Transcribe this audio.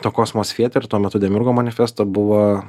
to kosmos theatre tuo metu demiurgo manifesto buvo